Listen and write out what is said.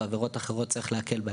ועבירות אחרות צריך להקל בהן.